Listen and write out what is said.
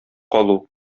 калу